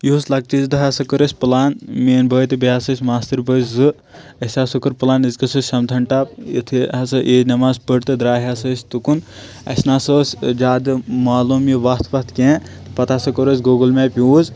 یُہُس لکچہِ عیٖذ دۄہ ہَسا کوٚر اسہِ پٕلان میٖٲنۍ بٲے تہِ بیٚیہِ ہَسا أسۍ ماستٕرۍ بٲے زٕ اسہِ ہَسا کوٚر پٕلان أسۍ گژھو سِنتھن ٹاپ یِتھُے ہَسا عیٖد نٮ۪ماز پٔر تہٕ درٛایہِ ہَسا أسۍ تُکُن اسہِ نَسا اوس زیادٕ معلوم یہِ وَتھ پَتھ کینہہ پَتہٕ ہَسا کوٚر اسہِ گوٗگل میپ یوٗز